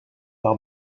par